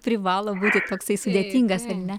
privalo būti toksai sudėtingas ar ne